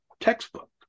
textbook